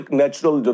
natural